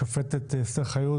השופטת אסתר חיות,